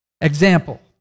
Example